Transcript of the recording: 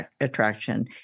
attraction